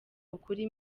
ukuri